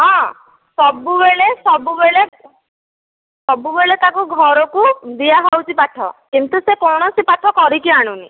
ହଁ ସବୁବେଳେ ସବୁବେଳେ ସବୁବେଳେ ତାକୁ ଘରକୁ ଦିଆହେଉଛି ପାଠ କିନ୍ତୁ ସେ କୌଣସି ପାଠ କରିକି ଆଣୁନି